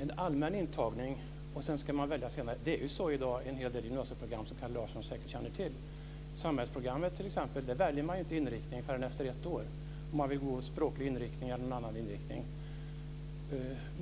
en allmän intagning och sedan göra valen. Det är i dag, som Kalle Larsson säkert känner till, så på en hel del gymnasieprogram. På samhällsprogrammet väljer man t.ex. inte inriktning förrän efter ett år, språklig eller annan.